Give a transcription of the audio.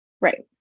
right